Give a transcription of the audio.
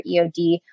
eod